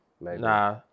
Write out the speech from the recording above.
Nah